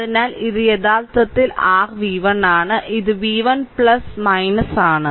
അതിനാൽ ഇത് യഥാർത്ഥത്തിൽ r v1 ആണ് ഇത് v1 ആണ്